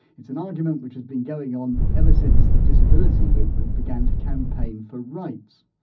it's an argument which has been going on ever since the disability movement began to campaign for rights.